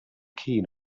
keen